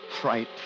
fright